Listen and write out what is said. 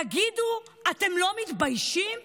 תגידו, אתם לא מתביישים?